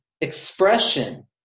expression